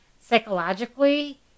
psychologically